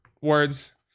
words